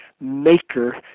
maker